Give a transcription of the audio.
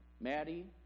Maddie